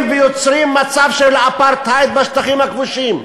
ויוצרים מצב של אפרטהייד בשטחים הכבושים?